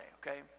okay